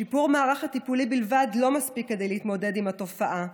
שיפור המערך הטיפולי בלבד לא מספיק כדי להתמודד עם התופעה.